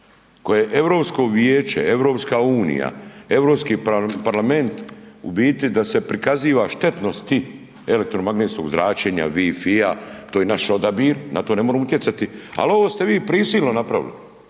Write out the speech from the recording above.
koje Europsko vijeće, Europska unija, Europski parlament, u biti da se prikaziva štetnosti elektromagnetskih zračenja, wi-fi-ja, to je naš odabir, na to ne moremo utjecat, al' ovo ste vi prisilno napravili,